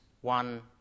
one